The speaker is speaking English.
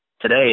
today